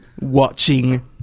watching